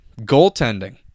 goaltending